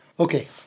Okay